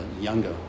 younger